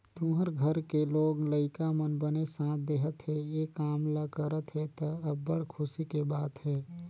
तुँहर घर के लोग लइका मन बने साथ देहत हे, ए काम ल करत हे त, अब्बड़ खुसी के बात हे